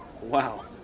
Wow